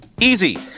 easy